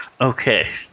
okay